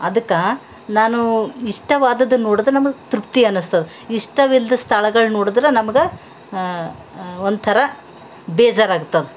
ಅದಕ್ಕೆ ನಾನು ಇಷ್ಟವಾದದ್ದು ನೋಡೋದು ನಮ್ಗೆ ತೃಪ್ತಿ ಅನ್ನಿಸ್ತದ ಇಷ್ಟವಿಲ್ಲದ ಸ್ಥಳಗಳು ನೋಡಿದ್ರೆ ನಮ್ಗೆ ಒಂಥರಾ ಬೇಜಾರಾಗ್ತದ